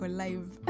live